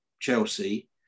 Chelsea